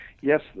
Yes